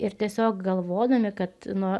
ir tiesiog galvodami kad na